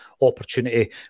opportunity